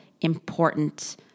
important